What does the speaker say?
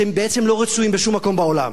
שהם בעצם לא רצויים בשום מקום בעולם.